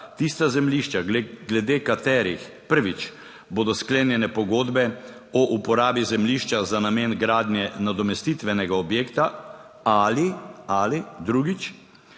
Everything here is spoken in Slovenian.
tista zemljišča, glede katerih - prvič - bodo sklenjene pogodbe o uporabi zemljišča za namen gradnje nadomestitvenega objekta ali - drugič